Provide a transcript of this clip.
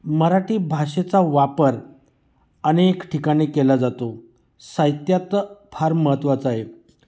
मराठी भाषेचा वापर अनेक ठिकाणी केला जातो साहित्यात फार महत्त्वाचा आहे